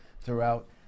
throughout